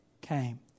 came